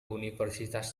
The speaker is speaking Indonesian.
universitas